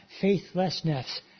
faithlessness